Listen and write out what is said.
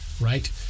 right